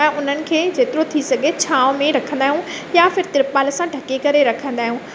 त उन्हनि खे जेतिरो थी सघे छांव में रखंदा आहियूं या फिर तिरपाल सां ढके करे रखंदा आहियूं